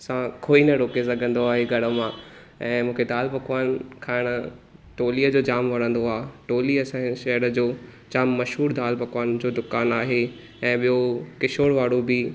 सां कोई न रोके सघंदो आहे इहे घर मां ऐं मूंखे दालि पकवान खाइणु टोलीअ जो जाम वणंदो आहे टोली असांजे शहर जो जाम मशहूरु दालि पकवान जो दुकान आहे ऐं ॿियो किशोर वारो बि